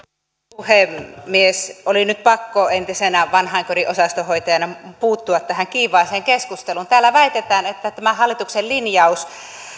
puhemies oli nyt pakko entisenä vanhainkodin osastonhoitajana puuttua tähän kiivaaseen keskusteluun täällä väitetään että tämä hallituksen linjaus